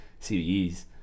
CVEs